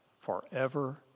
forever